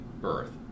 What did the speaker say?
birth